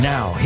Now